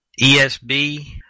ESB